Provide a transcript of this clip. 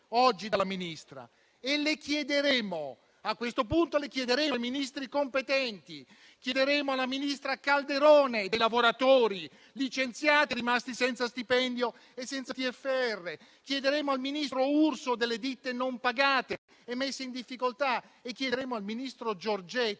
oggi dalla Ministra e, a questo punto, le chiederemo ai Ministri competenti. Chiederemo alla ministra Calderone dei lavoratori licenziati e rimasti senza stipendio e senza TFR. Chiederemo al ministro Urso delle ditte non pagate e messe in difficoltà. E chiederemo al ministro Giorgetti